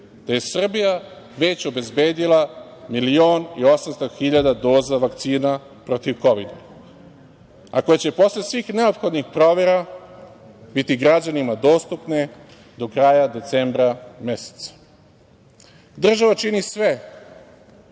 da je Srbija već obezbedila milion i 800 hiljada doza vakcina protiv kovida, a koje će posle svih neophodnih provera biti građanima dostupne do kraja decembra meseca. Država čini sve